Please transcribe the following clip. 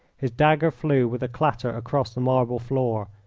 his dagger flew with a clatter across the marble floor.